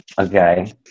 Okay